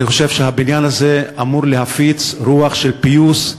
אני חושב שהבניין הזה אמור להפיץ רוח של פיוס,